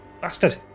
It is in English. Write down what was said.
Bastard